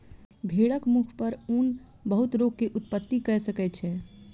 भेड़क मुख पर ऊन बहुत रोग के उत्पत्ति कय सकै छै